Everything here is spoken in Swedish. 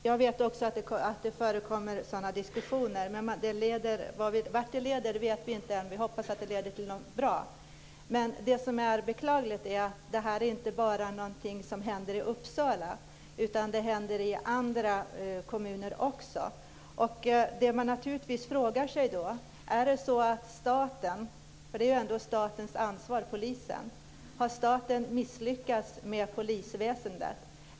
Fru talman! Jag vet också att det förekommer sådana diskussioner, men vart de leder vet vi inte än. Vi hoppas att de leder till något bra. Men det som är beklagligt är att detta inte är någonting som händer bara i Uppsala. Det händer i andra kommuner också. Då frågar man sig naturligtvis: Är det så att staten - för polisen är ju ändå statens ansvar - har misslyckats med polisväsendet?